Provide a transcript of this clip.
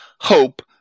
hope